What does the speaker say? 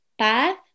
Path